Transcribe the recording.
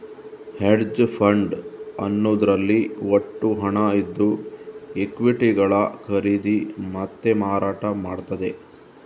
hedge fund ಅನ್ನುದ್ರಲ್ಲಿ ಒಟ್ಟು ಹಣ ಇದ್ದು ಈಕ್ವಿಟಿಗಳ ಖರೀದಿ ಮತ್ತೆ ಮಾರಾಟ ಮಾಡ್ತದೆ